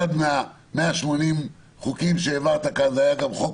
אחד מ-180 חוקים שהעברת כאן היה גם חוק